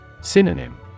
Synonym